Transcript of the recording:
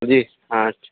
جی ہاں